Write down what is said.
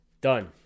Done